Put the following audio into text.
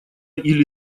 или